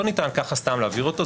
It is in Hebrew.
לא ניתן ככה סתם להעביר אותו,